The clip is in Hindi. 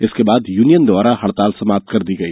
इसके बाद यूनियन द्वारा हड़ताल समाप्त कर दी गई